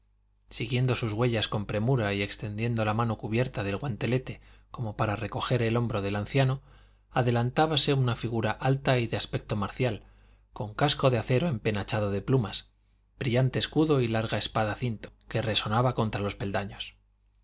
siguiendo sus huellas con premura y extendiendo su mano cubierta del guantelete como para coger el hombro del anciano adelantábase una figura alta y de aspecto marcial con casco de acero empenachado de plumas brillante escudo y larga espada cinto que resonaba contra los peldaños